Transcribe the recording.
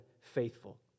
faithful